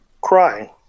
crying